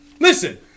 Listen